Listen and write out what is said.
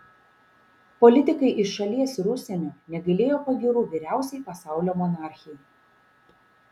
politikai iš šalies ir užsienio negailėjo pagyrų vyriausiai pasaulio monarchei